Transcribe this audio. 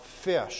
fish